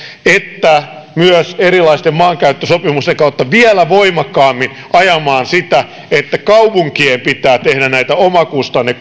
että myös erilaisten maankäyttösopimusten kautta vielä voimakkaammin ajamaan sitä että kaupunkien pitää tehdä tätä omakustanne